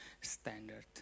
standard